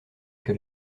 que